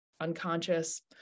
unconscious